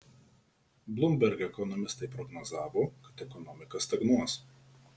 bloomberg ekonomistai prognozavo kad ekonomika stagnuos